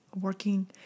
working